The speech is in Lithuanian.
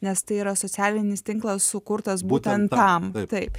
nes tai yra socialinis tinklas sukurtas būtent tam taip